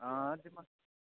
हां ते